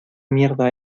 mierda